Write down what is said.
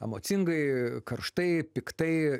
emocingai karštai piktai